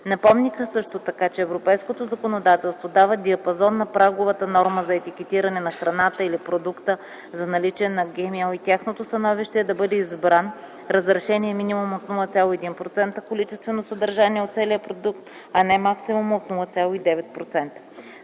Напомниха също така, че европейското законодателство дава диапазон за праговата норма за етикетиране на храната или продукта за наличие на ГМО и тяхното становище е да бъде избран разрешения минимум от 0,1 % количествено съдържание от целия продукт, а не максимума от 0,9 %.